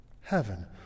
heaven